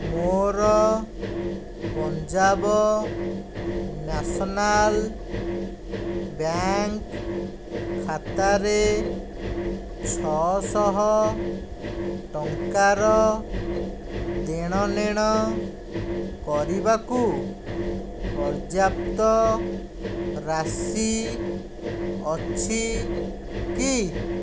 ମୋର Punjab national bank ଖାତାରେ ଛଅ ଶହ ଟଙ୍କାର ଦେଣ ନେଣ କରିବାକୁ ପର୍ୟାପ୍ତ ରାଶି ଅଛି କି